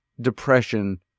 depression